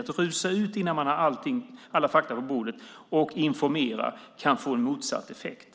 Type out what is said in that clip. Att rusa ut och informera innan man har alla fakta på bordet kan få en motsatt effekt.